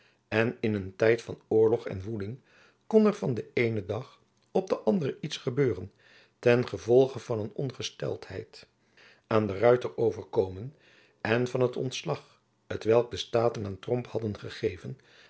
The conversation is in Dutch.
en in een tijd van oorlog en woeling kon er van den eenen dag op den anderen iets gebeuren ten gevolge van een ongesteldheid aan de ruyter overkomen en van het ontslag t welk de staten aan tromp hadden gegeven